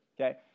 Okay